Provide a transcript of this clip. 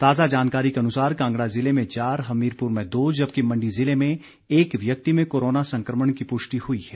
ताज़ा जानकारी के अनुसार कांगड़ा जिले में चार हमीरपुर में दो जबकि मंडी जिले में एक व्यक्ति में कोरोना संक्रमण की पृष्टि हई है